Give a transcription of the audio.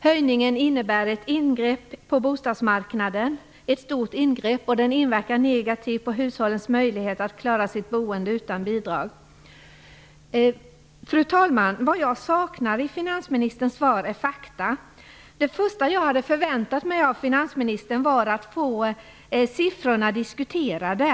Höjningen innebär ett stort ingrepp på bostadsmarknaden, och den inverkar negativt på hushållens möjligheter att klara sitt boende utan bidrag. Fru talman! Vad jag saknar i finansministerns svar är fakta. Det första jag hade förväntat mig av finansministern var att få siffrorna diskuterade.